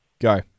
Go